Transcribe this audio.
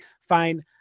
fine